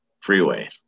freeway